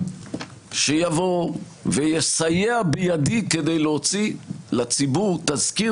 שיבוא ויסייע בידי כדי להוציא לציבור תזכיר